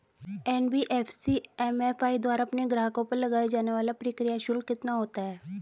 NBFC MFI द्वारा अपने ग्राहकों पर लगाए जाने वाला प्रक्रिया शुल्क कितना होता है?